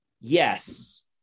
yes